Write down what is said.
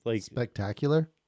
Spectacular